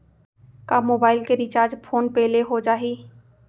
का मोबाइल के recharge phone पे ले हो जाही?